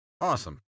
awesome